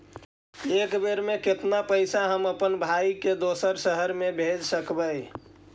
एक बेर मे कतना पैसा हम अपन भाइ के दोसर शहर मे भेज सकबै?